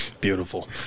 Beautiful